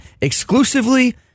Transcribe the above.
exclusively